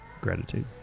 gratitude